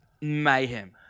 mayhem